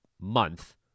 month